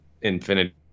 Infinity